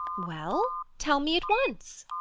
well? tell me at once!